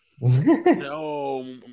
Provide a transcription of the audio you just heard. No